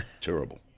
terrible